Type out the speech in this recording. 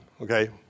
Okay